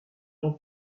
ton